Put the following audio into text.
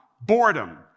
boredom